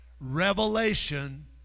revelation